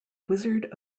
wizard